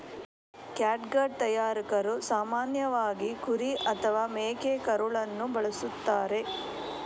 catgut ತಯಾರಕರು ಸಾಮಾನ್ಯವಾಗಿ ಕುರಿ ಅಥವಾ ಮೇಕೆಕರುಳನ್ನು ಬಳಸುತ್ತಾರೆ